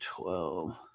twelve